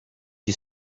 you